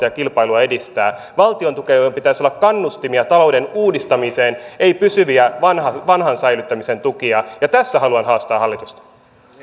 ja kilpailua edistää valtiontukien pitäisi olla kannustimia talouden uudistamiseen ei pysyviä vanhan säilyttämisen tukia ja tässä haluan haastaa hallitusta